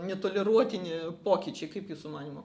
netoleruotini pokyčiai kaip jūsų manymu